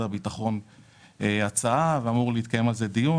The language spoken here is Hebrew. הביטחון הצעה ואמור להתקיים עליה דיון.